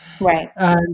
right